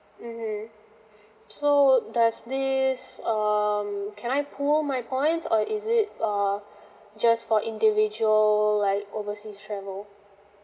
mmhmm so does this um can I pool my points or is it err just for individual like overseas travel